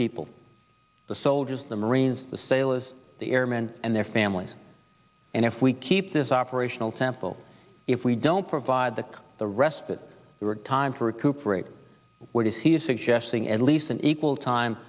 people the soldiers the marines the sailors airmen and their families and if we keep this operational temple if we don't provide the the respite time to recuperate what is he suggesting at least an equal time